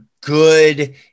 good